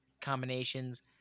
combinations